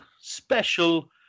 special